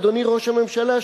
אדוני ראש הממשלה,